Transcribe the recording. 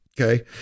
Okay